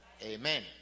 Amen